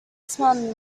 smelled